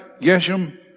Geshem